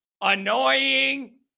annoying